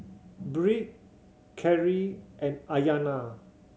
Bree Kerri and Ayanna